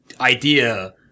idea